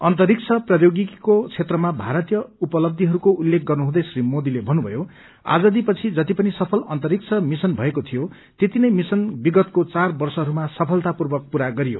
अन्तरिक्ष प्रौध्योगिकीको क्षेत्रामा भारतीय उपलबीहरूको उल्लेख गर्नुहुँदै श्री मोदीले भन्नुभ्नयो आजादी पछि जति पनि सफल अन्तरिक्ष मिशन भएको थियो त्यति नै मिशन विगतको चार वर्षहरूमा सफलतापूर्वक पूरा गरियो